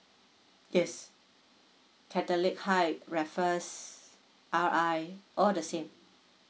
yes catholic high raffles R_I all the same